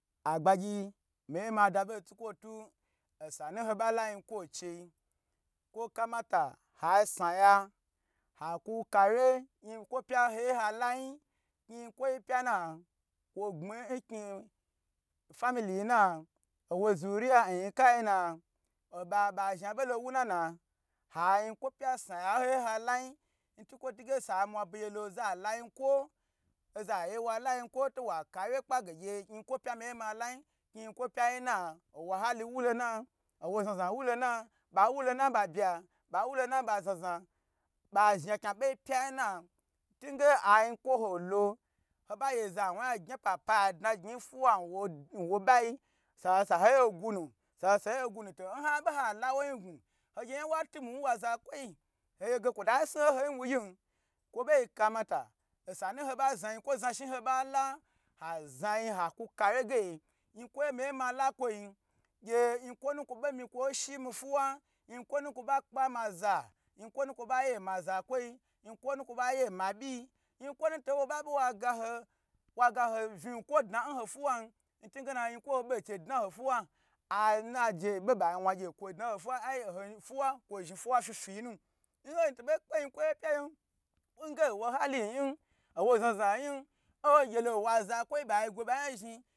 Aghagy miye mada be ntukwo tu osanu ho ba la yinkwo chei kwo mata ha sna ya hakaka wye yinkwo pye ho ye halayin kni yin kwo pya na wo gbmi n kai famili yi na owo zure ya nyin kayi na oba ba zhna bo lo wo nana a yin kwo pya sna ya ho ya hala uo mtilwp tu he sa mua begye la yim kwo oza ye wala yinkwo to wa kawe kpagye ge yinkwo pye miye malayi kni yi kwo pyi na owo hali walo na bya ba wu lon ba zna zna ba zna gya ba yi pya na ntuge ayinkwa ho abagye wowa yan tna papa ya tna nfuwa nwo ba yi sa sa yi gu nu to nta bo hala lo wo yin gu, ho gye yan wa tumun nwa zakwoyi kwo ta sni ho n ho bwi gyin kwo ha kamata nsama ho ba zna yinkwo zna shni yi nhoba la ha zna yin ha ku ka wye ge yin kwo ye miye mala kwo yin gye yin kwonu ka wo bo mi kwo shi mi fuwa yinkwo nakwo oba kpa maza yinkwo nu kwo ba ye ma kwayi yinkwo kwo ba ye ma byi yi yinkwo nuto wo ba ba waga ha wa kwo fna ho fuwan ntuge na yinkwo ho be che ina ho fuwa anuje be ba wan gye bwo yi ina ho fuwa ai oho fuwa zhni fuwa, fifiyi nu nhn to bo kpe yinkwo yi pyi yin nge nwo a halin yin owo zna zna yin in hagye lo owa za kwoya ba gwo ba yin zhni.